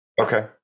Okay